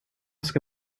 ska